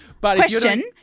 Question